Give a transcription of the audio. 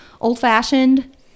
old-fashioned